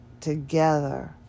together